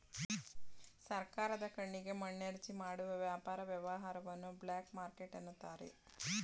ಸರ್ಕಾರದ ಕಣ್ಣಿಗೆ ಮಣ್ಣೆರಚಿ ಮಾಡುವ ವ್ಯಾಪಾರ ವ್ಯವಹಾರವನ್ನು ಬ್ಲಾಕ್ ಮಾರ್ಕೆಟ್ ಅನ್ನುತಾರೆ